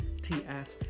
T-S